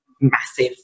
massive